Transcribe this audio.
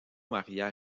maria